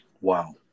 Wow